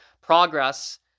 Progress